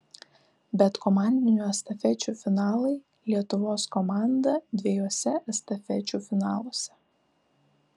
bet komandinių estafečių finalai lietuvos komanda dviejuose estafečių finaluose